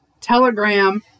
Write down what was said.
telegram